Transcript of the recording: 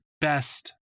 best